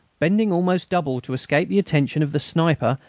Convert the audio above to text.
bending almost double to escape the attention of the sniper,